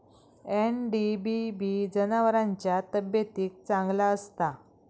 NDBB जनावरांच्या तब्येतीक चांगला असता